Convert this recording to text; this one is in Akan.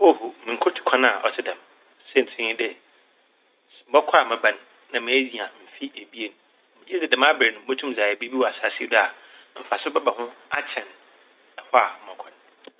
Oho! Munnkotu kwan a ɔtse dɛm. Siantsir nye dɛ mɔkɔ mɛba n' na menya mfe ebien. Megyedzi dɛ dɛm aber no motum dze ayɛ biribi wɔ asaase yi do a mfaso bɛba ho akyɛn ɛhɔ a mɔkɔ n'.